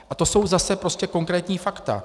A to jsou zase prostě konkrétní fakta.